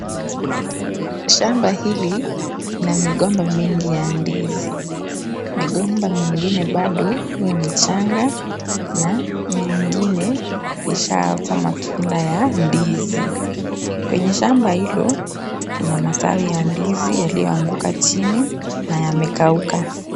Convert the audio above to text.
Shamba hili lina migomba mingi ya ndizi. Migomba mengine bado ni michanga na mingine ishaota matunda ya ndizi. Kwenye shamba hilo kuna matawi ya ndizi yaliyoanguka chini na yamekauka.